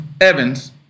Evans